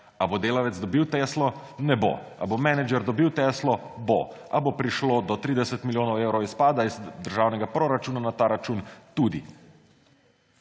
Ali bo delavec dobil teslo? Ne bo. Ali bo menedžer dobil teslo? Bo. Ali bo prišlo do 30 milijonov evrov izpada iz državnega proračuna na ta račun? Tudi.